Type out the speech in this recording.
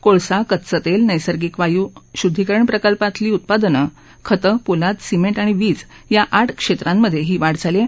कोळसा कच्च तेल नैसर्गिक वायू शुद्दीकरण प्रकल्पातील उत्पादनं खतं पोलाद सिमेंट आणि वीज या आठ क्षेत्रांमधे ही वाढ झाली आहे